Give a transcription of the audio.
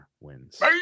wins